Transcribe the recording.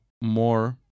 more